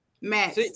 Max